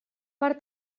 per